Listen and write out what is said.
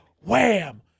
Wham